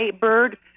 bird